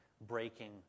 breaking